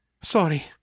Sorry